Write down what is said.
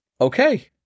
okay